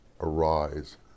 arise